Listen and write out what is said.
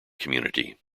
community